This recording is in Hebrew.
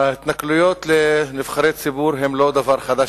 ההתנכלוית לנבחרי ציבור הן לא דבר חדש,